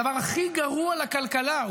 הדבר הכי גרוע לכלכלה,